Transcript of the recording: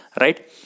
right